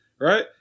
Right